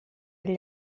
gli